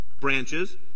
branches